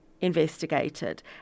investigated